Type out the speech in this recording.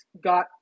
got